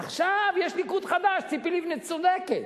עכשיו יש ליכוד חדש, ציפי לבני צודקת.